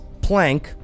Planck